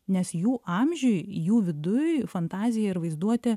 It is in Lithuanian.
nes jų amžiuj jų viduj fantazija ir vaizduotė